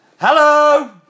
Hello